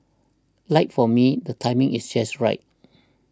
like for me the timing is just right